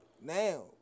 now